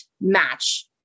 match